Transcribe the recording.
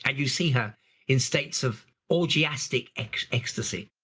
and you see her in states of orgiastic ecstasy,